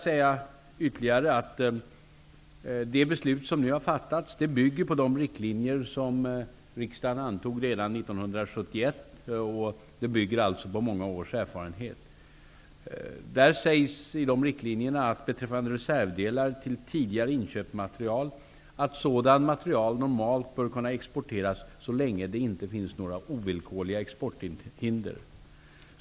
Det beslut som nu har fattats bygger på de riktlinjer som riksdagen antog redan 1971. Det bygger således på många års erfarenhet. I de riktlinjerna sägs beträffande reservdelar till tidigare inköpt materiel, att sådant materiel normalt bör kunna exporteras så länge det inte finns några ovillkorliga exporthinder.